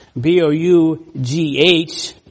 B-O-U-G-H